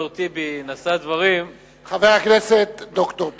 בזמן שד"ר טיבי נשא דברים, חבר הכנסת ד"ר טיבי.